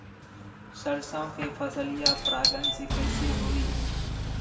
सरसो के फसलिया परागण से कईसे होई?